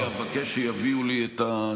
אני רק אבקש שיביאו לי את התשובה.